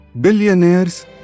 Billionaires